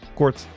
kort